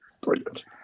Brilliant